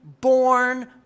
born